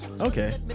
Okay